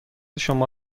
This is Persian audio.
شما